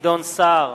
גדעון סער,